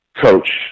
coach